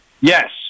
Yes